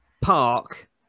park